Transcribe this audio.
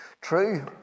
True